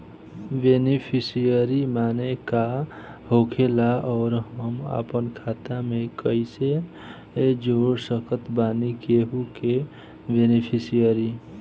Beneficiary माने का होखेला और हम आपन खाता मे कैसे जोड़ सकत बानी केहु के बेनीफिसियरी?